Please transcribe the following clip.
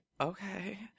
okay